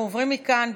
אנחנו עוברים מכאן,